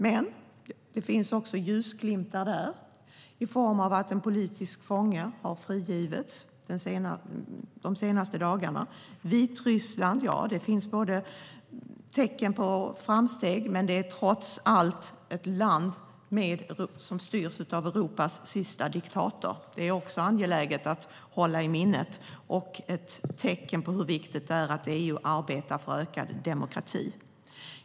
Men det finns ljusglimtar även där i form av att en politisk fånge frigavs i dagarna. I Vitryssland finns det tecken på framsteg, men det är trots allt ett land som styrs av Europas sista diktator. Det är angeläget att hålla i minnet och ett tecken på hur viktigt det är att EU arbetar för ökad demokrati.